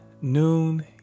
noon